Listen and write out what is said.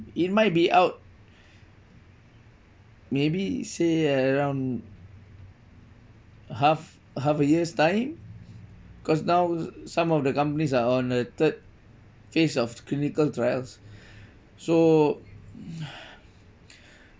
it might be out maybe say around half half a year's time because now some of the companies are on a third phase of clinical trials so